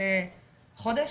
חודש?